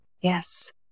Yes